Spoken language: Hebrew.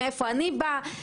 מאיפה אני מגיע,